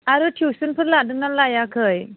आरो टिउसनफोर लादोंना लायाखै